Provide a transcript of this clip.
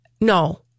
No